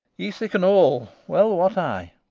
ye sicken all, well wot i,